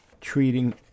treating